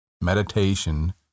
Meditation